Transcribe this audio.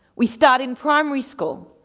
we start in primary school.